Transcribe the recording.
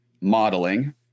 modeling